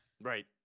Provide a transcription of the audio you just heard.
Right